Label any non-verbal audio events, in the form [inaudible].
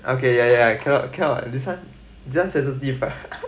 okay ya ya cannot cannot this one just sensitive lah [laughs]